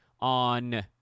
on